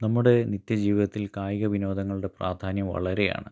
നമ്മുടെ നിത്യജീവിതത്തിൽ കായിക വിനോദങ്ങളുടെ പ്രാധാന്യം വളരെയാണ്